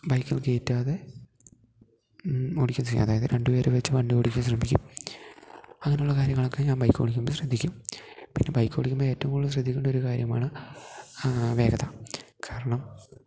ബൈക്കിൽ കയറ്റാതെ ഓടിക്കുകയും ചെയ്യും അതായത് രണ്ട് പേർ വച്ചു വണ്ടി ഓടിക്കാൻ ശ്രമിക്കും അങ്ങനെയുള്ള കാര്യങ്ങളക്കെ ഞാൻ ബൈക്ക് ഓടിക്കുമ്പം ശ്രദ്ധിക്കും പിന്നെ ബൈക്ക് ഓടിക്കുമ്പം ഏറ്റവും കൂടുതൽ ശ്രദ്ധിക്കേണ്ട ഒരു കാര്യമാണ് വേഗത കാരണം